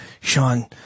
Sean